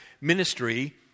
ministry